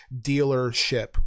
dealership